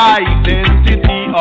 identity